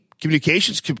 communications